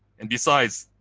and besides